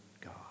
God